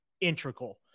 integral